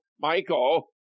michael